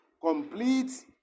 complete